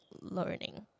learning